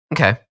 Okay